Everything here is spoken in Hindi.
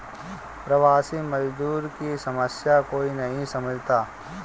प्रवासी मजदूर की समस्या कोई नहीं समझता